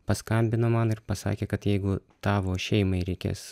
paskambino man ir pasakė kad jeigu tavo šeimai reikės